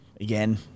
again